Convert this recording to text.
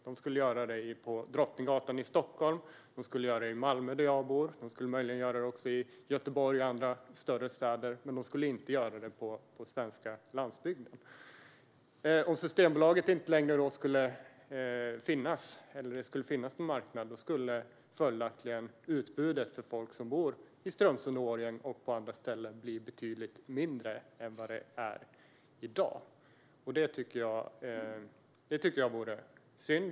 De skulle göra det på Drottninggatan i Stockholm, i Malmö där jag bor och möjligen också i Göteborg och i andra större städer, men de skulle inte göra det på den svenska landsbygden. Om Systembolaget inte längre skulle finnas, eller om det skulle finnas en marknad för andra aktörer, skulle följaktligen utbudet för folk som bor i Strömsund, Årjäng och på andra ställen bli betydligt mindre än vad det är i dag. Det tycker jag vore synd.